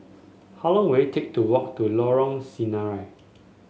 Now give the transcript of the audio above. how long will it take to walk to Lorong Sinaran